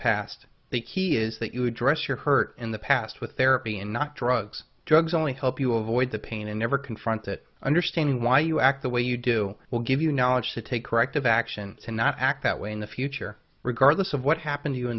past the key is that you address your hurt in the past with therapy and not drugs drugs only help you avoid the pain and never confront that understanding why you act the way you do will give you knowledge to take corrective action and not act that way in the future regardless of what happened to you in